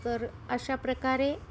तर अशा प्रकारे